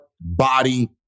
body